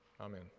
Amen